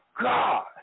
God